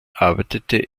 arbeitete